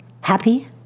happy